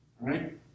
right